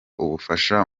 ubufasha